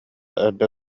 эрдэ